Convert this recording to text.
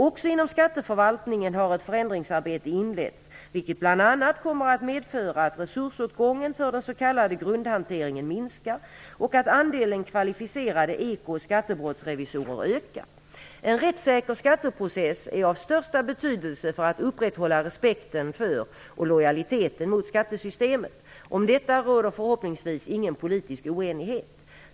Också inom skatteförvaltningen har ett förändringsarbete inletts vilket bl.a. kommer att medföra att resursåtgången för den s.k. grundhanteringen minskar och att andelen kvalificerade eko och skattebrottsrevisorer ökar. En rättssäker skatteprocess är av största betydelse för att upprätthålla respekten för och lojaliteten mot skattesystemet. Om detta råder förhoppningsvis ingen politisk oenighet.